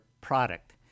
product